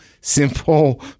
simple